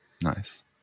nice